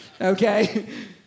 okay